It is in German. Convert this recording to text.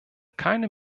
keine